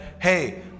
hey